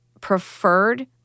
preferred